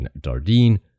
Dardine